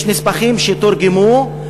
היא שיש נספחים שתורגמו,